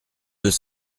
deux